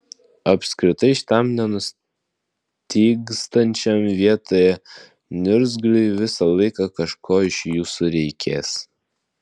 apskritai šitam nenustygstančiam vietoje niurzgliui visą laiką kažko iš jūsų reikės